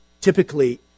typically